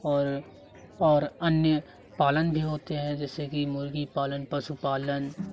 और और अन्य पालन भी होते हैं जैसे कि मुर्गी पालन पशुपालन